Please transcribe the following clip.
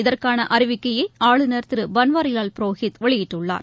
இதற்கான அறிவிக்கையை ஆளுநர் திரு பன்வாரிலால் புரோஹித் வெளியிட்டுள்ளார்